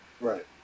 right